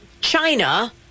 China